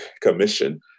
Commission